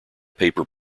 paper